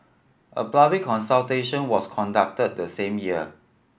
a public consultation was conducted the same year